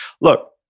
look